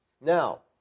Now